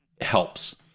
helps